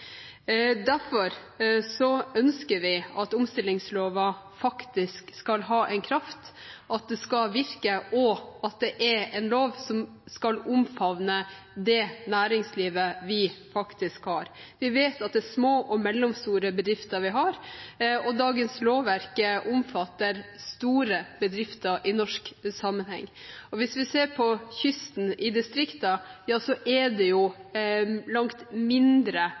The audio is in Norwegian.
ønsker vi at omstillingslova faktisk skal ha en kraft, at den skal virke, og at den er en lov som skal omfavne det næringslivet vi faktisk har. Vi vet at det er små og mellomstore bedrifter vi har, og dagens lovverk omfatter store bedrifter i norsk sammenheng. Hvis vi ser på kysten i distriktene, er det langt mindre bedrifter som sørger for arbeid, og det er langt